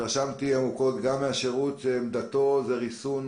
התרשמתי עמוקות גם מהשירות שעמדתו היא ריסון,